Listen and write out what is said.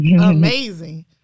amazing